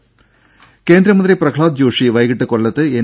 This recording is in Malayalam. ദേദ കേന്ദ്രമന്ത്രി പ്രഹ്ലാദ് ജോഷി വൈകിട്ട് കൊല്ലത്ത് എൻ